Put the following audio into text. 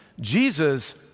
Jesus